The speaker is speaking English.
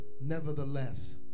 nevertheless